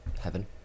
Heaven